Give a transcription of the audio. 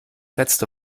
letzte